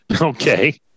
Okay